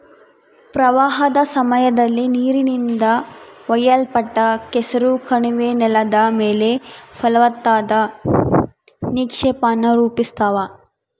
ಪ್ರವಾಹದ ಸಮಯದಲ್ಲಿ ನೀರಿನಿಂದ ಒಯ್ಯಲ್ಪಟ್ಟ ಕೆಸರು ಕಣಿವೆ ನೆಲದ ಮೇಲೆ ಫಲವತ್ತಾದ ನಿಕ್ಷೇಪಾನ ರೂಪಿಸ್ತವ